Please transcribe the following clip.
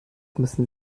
müssen